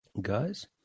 guys